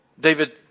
David